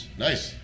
nice